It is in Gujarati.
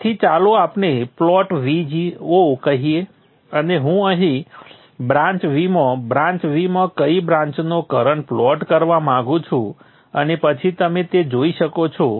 તેથી ચાલો આપણે પ્લોટ Vo કહીએ અને હું અહીં બ્રાન્ચ V માં બ્રાન્ચ V માં કઇ બ્રાન્ચનો કરંટ પ્લોટ કરવા માંગું છું અને પછી તમે તે જોઇ શકો છો